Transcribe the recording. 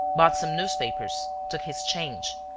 bought some newspapers, took his change,